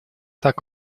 так